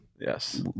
Yes